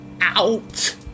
out